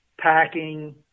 packing